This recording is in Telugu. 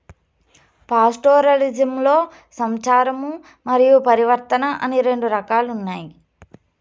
పాస్టోరలిజంలో సంచారము మరియు పరివర్తన అని రెండు రకాలు ఉన్నాయి